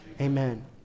Amen